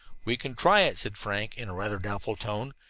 we can try it, said frank in a rather doubtful tone,